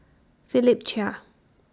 Philip Chia